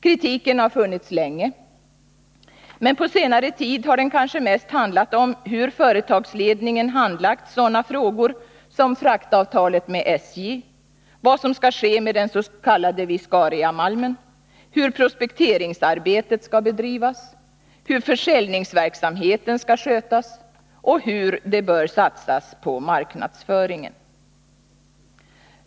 Kritiken har funnits länge, men på senare tid har den kanske mest handlat om hur företagsledningen handlagt sådana frågor som fraktavtalet med SJ, vad som skall ske med den s.k. viscariamalmen, hur prospekteringsarbetet skall bedrivas, hur försäljningsverksamheten skall skötas och hur det bör satsas på marknadsföringen.